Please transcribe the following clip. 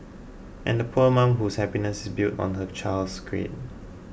and the poor mum whose happiness is built on her child's grades